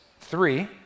three